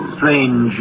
Strange